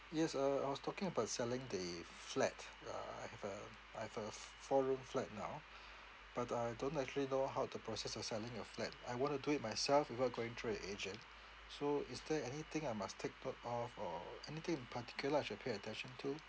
yes uh I was talking about selling the flat uh I have a I have a f~ four room flat now but I don't actually know how the process of selling a flat I want to do it myself without going through a agent so is there anything I must take note of or anything in particular I should pay attention to